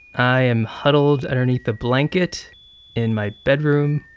i am huddled underneath a blanket in my bedroom,